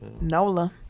Nola